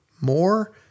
more